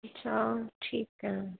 अच्छा ठीक ऐ